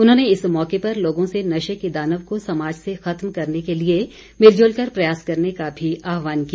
उन्होंने इस मौके पर लोगों से नशे के दानव को समाज से खत्म करने के लिए मिलजुल कर प्रयास करने का भी आहवान किया